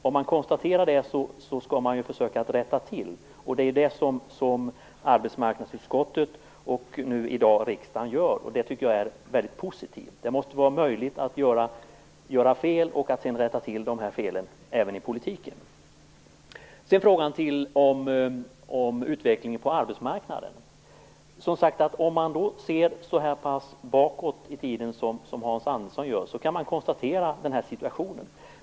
Om man konstaterar det skall man försöka att rätta till det, och det är vad arbetsmarknadsutskottet och riksdagen i dag gör. Det tycker jag är väldigt positivt. Det måste vara möjligt att göra fel och sedan rätta till de felen även i politiken. Sedan till frågan om utvecklingen på arbetsmarknaden. Om man ser så pass långt bakåt i tiden som Hans Andersson gör kan man konstatera denna situation.